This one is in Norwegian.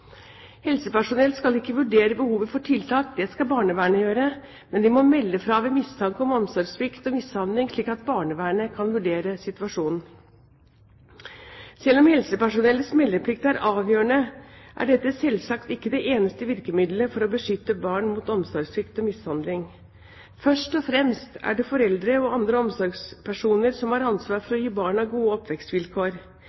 Helsepersonell skal ikke vurdere behovet for tiltak, det skal barnevernet gjøre, men de må melde fra ved mistanke om omsorgssvikt og mishandling, slik at barnevernet kan vurdere situasjonen. Selv om helsepersonellets meldeplikt er avgjørende, er dette selvsagt ikke det eneste virkemiddelet for å beskytte barn mot omsorgssvikt og mishandling. Først og fremst er det foreldre og andre omsorgspersoner som har ansvaret for